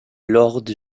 lord